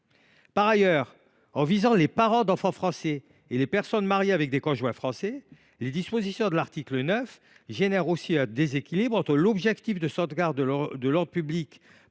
Par ailleurs, en visant les parents d’enfants français et les personnes mariées avec des conjoints français, les dispositions de l’article 9 génèrent aussi un déséquilibre entre l’objectif de sauvegarde de l’ordre public